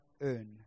earn